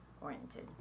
oriented